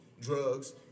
drugs